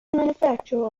manufacture